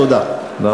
תודה.